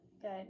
good